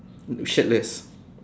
shirtless